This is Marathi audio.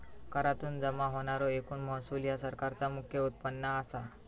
करातुन जमा होणारो एकूण महसूल ह्या सरकारचा मुख्य उत्पन्न असा